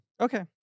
Okay